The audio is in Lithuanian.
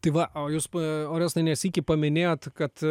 tai va o jūs orestai ne sykį paminėjot kad